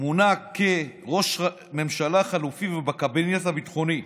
מונה לראש ממשלה חלופי ולקבינט הביטחוני.